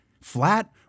Flat